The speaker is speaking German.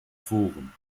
forum